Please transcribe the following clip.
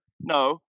no